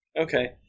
Okay